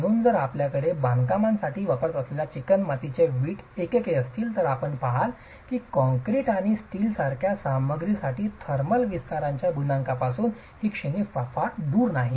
म्हणून जर आपल्याकडे बांधकामासाठी वापरत असलेल्या चिकणमातीच्या वीट एकके असतील तर आपण पहाल की कॉक्रीट आणि स्टीलसारख्या सामग्रीसाठी थर्मल विस्ताराच्या गुणांकपासून ही श्रेणी फार दूर नाही